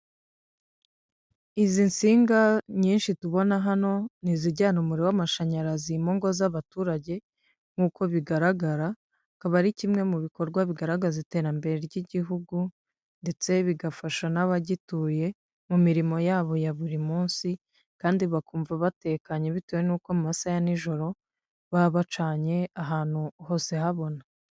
Izi nsinga nyinshi tubona hano ni izijyana umuriro w'amashanyarazi mu ngo z'abaturage, nk'uko bigaragara kaba ari kimwe mu bikorwa bigaragaza iterambere ry'igihugu ndetse bigafasha n'abagituye mu mirimo yabo ya buri munsi kandi bakumva batekanye bitewe n'uko mu masaha ya nijoro baba bacanye ahantu hose habona.